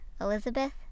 Elizabeth